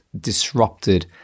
disrupted